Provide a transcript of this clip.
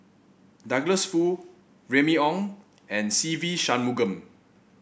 Douglas Foo Remy Ong and Se Ve Shanmugam